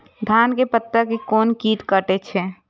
धान के पत्ता के कोन कीट कटे छे?